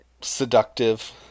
seductive